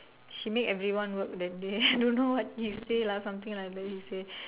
she make everyone work that day I don't know what he say lah something like that he say